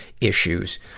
issues